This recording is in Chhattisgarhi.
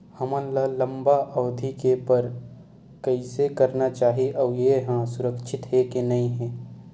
हमन ला लंबा अवधि के बर कइसे करना चाही अउ ये हा सुरक्षित हे के नई हे?